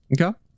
Okay